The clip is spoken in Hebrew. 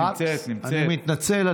אני מתנצל.